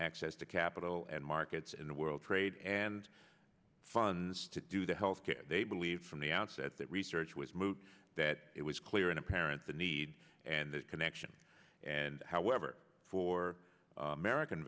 access to capital and markets and the world trade and funds to do the health care they believe from the outset that research was moot that it was clear and apparent the need and the connection and however for american